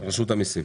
רשות המסים,